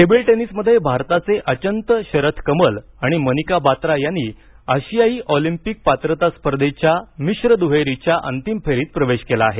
table tennis table टेनिसमध्ये भारताचे अचंत शरथ कमल आणि मनिका बात्रा यांनी आशियाई ऑलिंपिक पात्रता स्पर्धेच्या मिश्र दुहेरीच्या अंतिम फेरीत प्रवेश केला आहे